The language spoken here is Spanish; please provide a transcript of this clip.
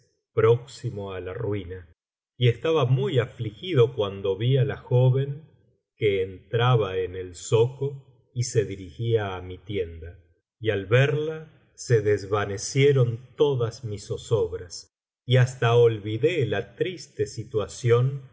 próximo á la ruina y estaba muy afligido cuando viá la joven que entraba en el zoco y se dirigía á mi tienda y al verla se desvanecieron biblioteca valenciana t las mil noches y una noche todas mis zozobras y hasta olvidé la triste situación